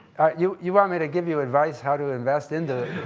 you you want me to give you advice how to invest into it?